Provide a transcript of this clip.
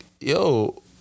Yo